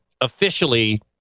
officially